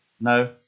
No